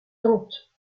tente